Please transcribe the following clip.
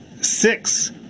six